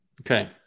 Okay